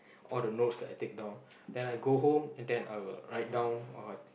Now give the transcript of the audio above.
all the notes that I take down then I go home and then I will write down all